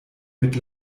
mit